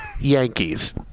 Yankees